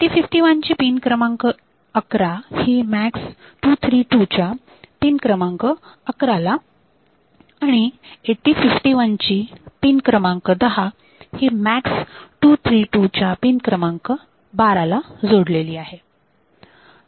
8051 ची पिन क्रमांक 11 ही MAX232 च्या पिन क्रमांक 11 ला आणि 8051 ची पिन क्रमांक 10 ही MAX232 च्या पिन क्रमांक 12 ला जोडलेली आहे